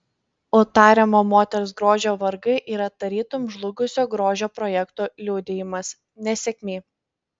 o tariamo moters grožio vargai yra tarytum žlugusio grožio projekto liudijimas nesėkmė